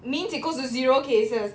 means it goes to zero cases